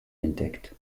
entdeckt